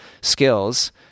skills